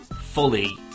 fully